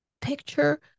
Picture